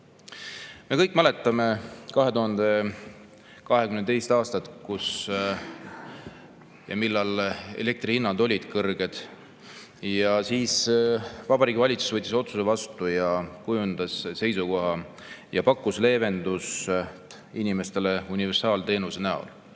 Me kõik mäletame 2022. aastat, kui elektrihinnad olid kõrged. Siis võttis Vabariigi Valitsus vastu otsuse, kujundas seisukoha ja pakkus leevendust inimestele universaalteenuse näol.